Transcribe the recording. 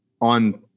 on